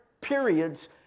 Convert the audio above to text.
periods